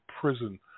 prison